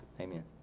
Amen